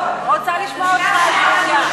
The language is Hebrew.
רוצה לשמוע אותך על ברוריה.